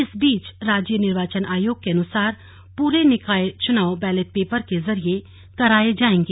इस बीच राज्य निर्वाचन आयोग के अनुसार पूरे निकाय चुनाव बैलेट पेपर के जरिए कराये जाएंगे